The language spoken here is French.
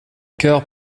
cœurs